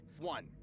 One